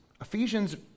Ephesians